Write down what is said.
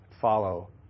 Follow